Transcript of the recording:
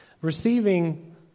Receiving